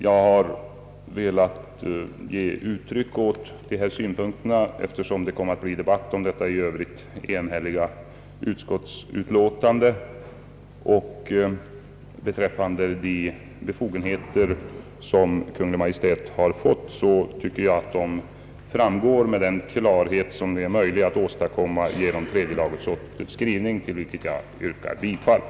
Jag har velat ge uttryck åt dessa synpunkter eftersom det blev debatt om detta enhälliga utskottsutlåtande. De befogenheter som Kungl. Maj:t har fått tycker jag framgår med den klarhet som är möjlig att åstadkomma i tredje lagutskottets skrivning, till vilken jag ber att få yrka bifall.